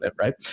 right